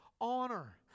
honor